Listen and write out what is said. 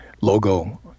logo